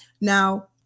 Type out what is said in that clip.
now